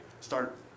start